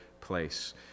place